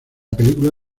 película